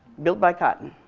built by cotton.